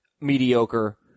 mediocre